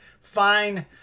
fine